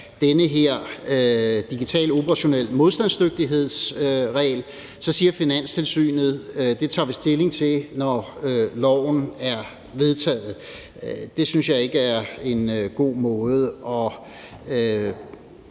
den her digitale operationelle modstandsdygtighedsregel, og at Finanstilsynet så siger, at det tager man stilling til, når loven er vedtaget. Det synes jeg ikke er en god måde at